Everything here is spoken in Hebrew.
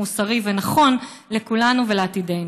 מוסרי ונכון לכולנו ולעתידנו.